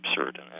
absurd